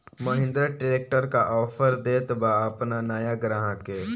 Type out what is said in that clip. Mahindra tractor का offer देत बा अपना नया ग्राहक के?